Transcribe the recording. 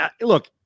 Look